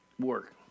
work